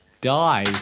die